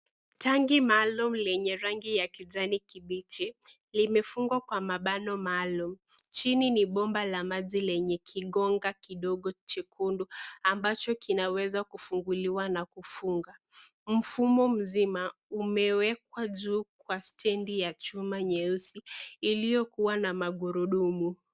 Tangi maalum lenye rangi ya kijani kibichi, limefungwa kwa mabano maalum, chini ni bomba la maji lenye kigonga kidogo chekundu, ambacho kinaweza kufunguliwa na kufunga, mfumo mzima umewekwa juu kwa stendi ya chuma nyeusi iliyokuwa na magurudumu.